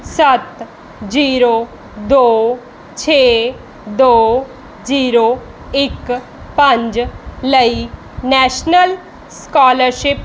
ਸੱਤ ਜੀਰੋ ਦੋ ਛੇ ਦੋ ਜੀਰੋ ਇੱਕ ਪੰਜ ਲਈ ਨੈਸ਼ਨਲ ਸਕੋਲਰਸ਼ਿਪ